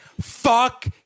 Fuck